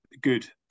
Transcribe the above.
Good